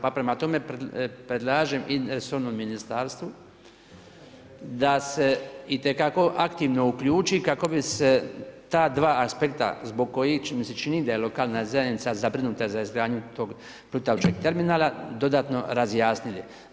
Pa prema tome predlažem resornom ministarstvu da se itekako aktivno uključi kako bi se ta dva aspekta zbog kojih mi se čini da je lokalna zajednica zabrinuta za izgradnju tog plutajućeg terminala dodatno razjasnili.